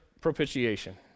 propitiation